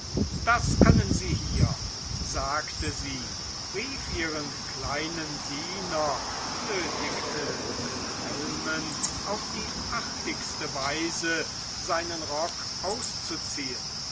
das können sie hier sagte sie rief ihren kleinen diener nötigte wilhelmen auf die artigste weise seinen rock auszuziehen